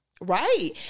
Right